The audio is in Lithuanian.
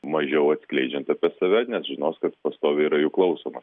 mažiau atskleidžiant apie save nes žinos kad pastoviai yra jų klausoma